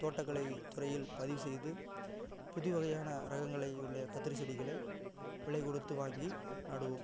தோட்டக்கலை துறையில் பதிவு செய்து புது வகையான ரகங்களை உள்ள கத்திரி செடிகளை விலை கொடுத்து வாங்கி நடுவோம்